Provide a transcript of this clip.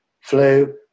flu